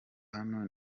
hano